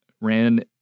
ran